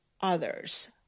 others